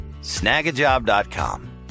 snagajob.com